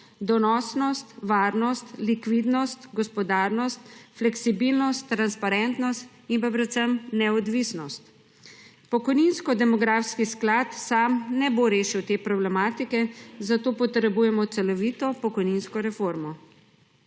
donosnost, varnost, likvidnost, gospodarnost, fleksibilnost, transparentnost in pa predvsem neodvisnost. Pokojninsko-demografski sklad sam ne bo rešil te problematike, zato potrebujemo celovito pokojninsko reformo.